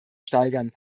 steigern